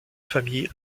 famille